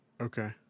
Okay